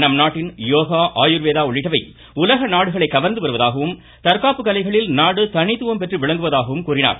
நம் நாட்டின் யோகா ஆயுர்வேதா உள்ளிட்டவை உலக நாடுகளை கவர்ந்து வருவதாகவும் தற்காப்புக் கலைகளில் நாடு தனித்துவம் பெற்று விளங்குவதாகவும் கூறினார்